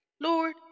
Lord